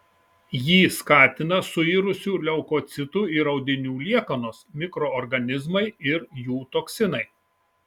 jį skatina suirusių leukocitų ir audinių liekanos mikroorganizmai ir jų toksinai